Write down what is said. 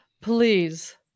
Please